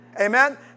Amen